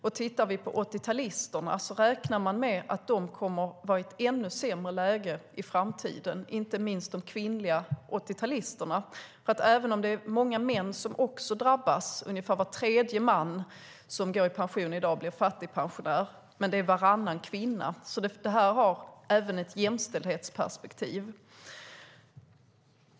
Man räknar med att 80-talisterna kommer att vara i ett ännu sämre läge i framtiden, inte minst de kvinnliga 80-talisterna. Det är också många män som drabbas. Ungefär var tredje man som går i pension i dag blir fattigpensionär, men det är varannan kvinna. Det här har alltså även ett jämställdhetsperspektiv.